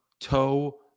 toe